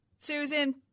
Susan